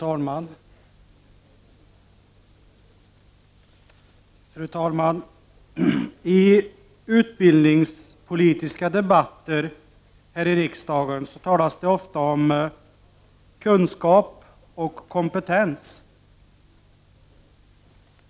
Fru talman! I utbildningspolitiska debatter här i riksdagen talas det ofta om kunskap och kompetens.